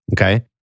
Okay